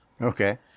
Okay